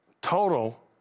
total